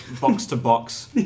box-to-box